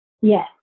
Yes